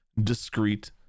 discrete